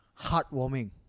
heartwarming